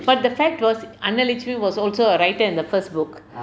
but the fact was annalakshmi was also a writer in the first book